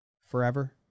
forever